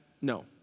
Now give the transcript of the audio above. no